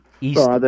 east